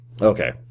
Okay